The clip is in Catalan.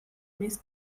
més